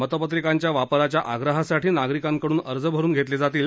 मतपत्रिकांच्या वापरासाठी नागरिकांकडून अर्ज भरून घेतले जातील